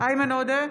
איימן עודה,